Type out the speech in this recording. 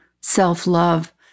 self-love